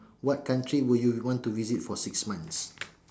what country would you want to visit for six months